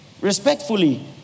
Respectfully